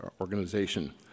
organization